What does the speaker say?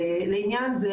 לעניין זה